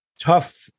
tough